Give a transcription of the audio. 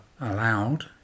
allowed